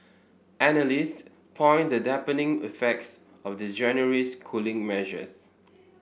analyst point the dampening affects of the January's cooling measures